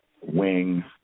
Wing